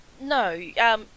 No